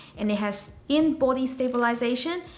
and it has in body stabilisation,